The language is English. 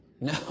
No